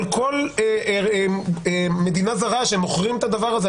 על כל מדינה זרה שמוכרים את הדבר הזה,